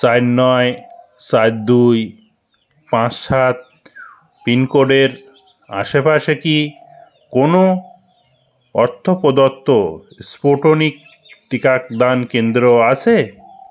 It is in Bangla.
চার নয় চার দুই পাঁচ সাত পিন কোডের আশেপাশে কি কোনও অর্থপ্রদত্ত্ব স্পুটনিক টিকাদান কেন্দ্র আছে